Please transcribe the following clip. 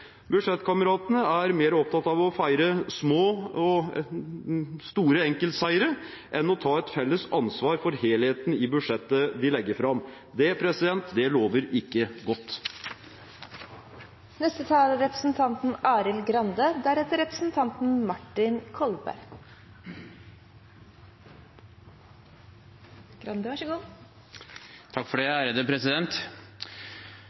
Budsjettkameratene er mer opptatt av å feire små og store enkeltseire enn å ta et felles ansvar for helheten i budsjettet de legger fram. Det lover ikke godt. Jeg registrerer at svært mange av høyresidens representanter har brukt taletiden sin på å snakke om Arbeiderpartiet. Det